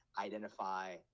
identify